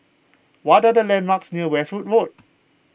what are the landmarks near Westwood Road